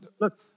Look